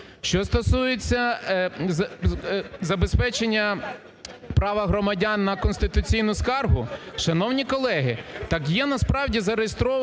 Що стосується забезпечення права громадян на конституційну скаргу. Шановні колеги, так є, насправді, зареєстрований